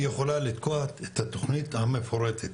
היא יכולה לתקוע את התוכנית המפורטת,